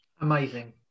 Amazing